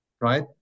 right